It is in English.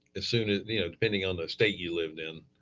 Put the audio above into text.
as soon as, you know, depending on the state you lived in,